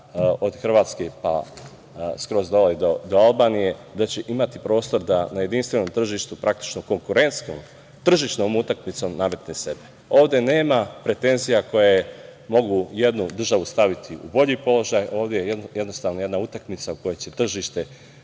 od Hrvatske pa skroz dole do Albanije, da će imati prostor da na jedinstvenom tržištu, praktično konkurentskom tržišnom utakmicom nametne sebe. Ovde nema pretenzija koje mogu jednu državu staviti u bolji položaj, ovde je jednostavno jedna utakmica u kojoj će tržište